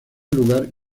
lugar